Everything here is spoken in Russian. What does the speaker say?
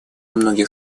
многих